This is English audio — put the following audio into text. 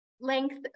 length